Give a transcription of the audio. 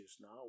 now